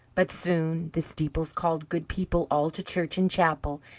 but soon the steeples called good people all to church and chapel,